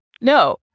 no